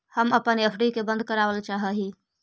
हम अपन एफ.डी के बंद करावल चाह ही